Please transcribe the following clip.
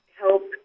help